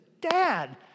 Dad